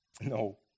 No